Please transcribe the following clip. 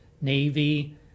Navy